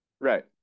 Right